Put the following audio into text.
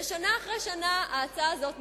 ושנה אחרי שנה ההצעה הזו נדחתה.